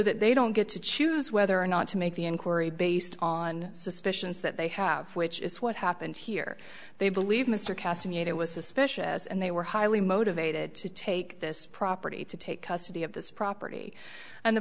that they don't get to choose whether or not to make the inquiry based on suspicions that they have which is what happened here they believe mr kasem you know was suspicious and they were highly motivated to take this property to take custody of this property and the